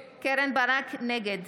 ברק, נגד